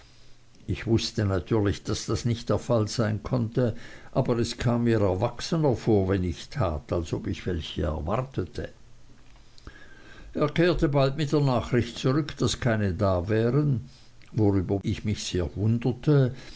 ich wußte natürlich daß das nicht der fall sein konnte aber es kam mir erwachsener vor wenn ich tat als ob ich welche erwartete er kehrte bald mit der nachricht zurück daß keine da wären worüber ich mich sehr wunderte